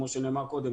כמו שנאמר קודם,